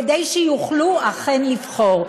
כדי שהם אכן יוכלו לבחור.